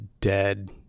dead